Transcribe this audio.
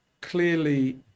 clearly